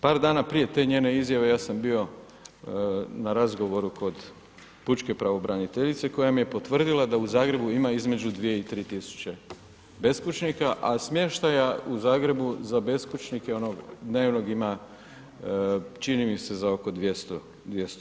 Par dana prije te njene izjave, ja sam bio na razgovoru kod Pučke pravobraniteljice koja mi je potvrdila da u Zagrebu ima između 2 i 3 tisuće beskućnika, a smještaja u Zagrebu za beskućnike, onog dnevnog ima, čini mi se za oko 200, 200.